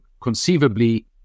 conceivably